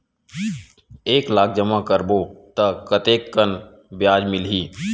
एक लाख जमा करबो त कतेकन ब्याज मिलही?